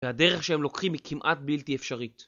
והדרך שהם לוקחים היא כמעט בלתי אפשרית